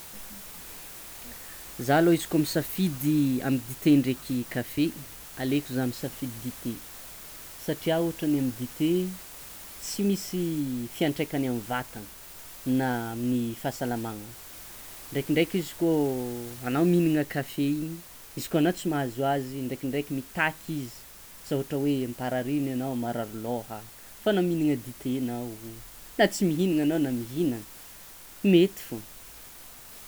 Zah lo izy koa misagfidy amy dite ndraiky kafe aleko zah misafidy dite satria o ohatra ny amy dite tsy misy fiantraikany amy vatana na amy fahasalamana ndrekindreky izy koa ana mihignana kafe igny izy koa anao tsy mahazo azy ndrekindreky mitaky izy, asa ohatra hoe amparariny anao marary lôha, fa na mihinana dite anao na tsy mihinana anao na mihinana mety fôgna.